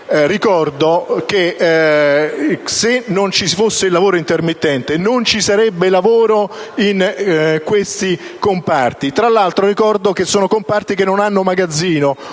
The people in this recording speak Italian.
Ricordo che se non ci fosse il lavoro intermittente non ci sarebbe lavoro in questi comparti, che tra l'altro - lo ricordo - non hanno magazzino: